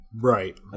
Right